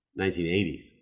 1980s